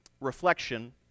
reflection